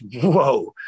whoa